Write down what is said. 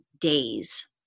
Days